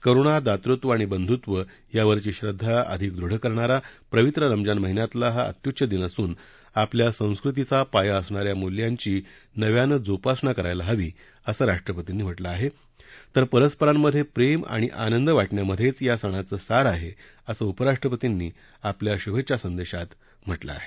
करुणा दातृत्व आणि बंधुत्व यावरची श्रद्धा अधिक वृढ करणारा पचित्र रमझान महिन्यातला हा अत्युच्च दिन असून आपल्या संस्कृतीचा पाया असणा या मुल्यांची नव्यानं जोपासना करायला हवी असं राष्ट्रपतींनी म्हटलं आहे तर परस्परांमधे प्रेम आणि आनंद वाटण्यामध्येच या सणाचं सार आहे असं उपराष्ट्रपतींनी आपल्या शुभेच्छा संदेशात म्हटलं आहे